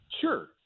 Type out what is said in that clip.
Sure